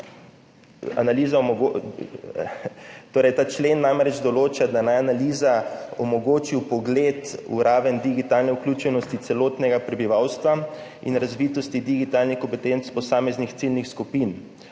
Ta člen namreč določa, da bi naj analiza omogočila vpogled v raven digitalne vključenosti celotnega prebivalstva in razvitosti digitalnih kompetenc posameznih ciljnih skupin.